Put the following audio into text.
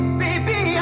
baby